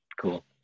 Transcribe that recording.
Cool